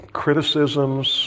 criticisms